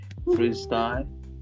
freestyle